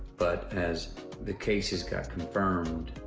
but, as the cases got confirmed,